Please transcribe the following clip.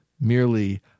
merely